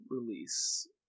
release